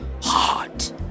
hot